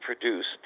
produced